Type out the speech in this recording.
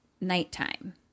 nighttime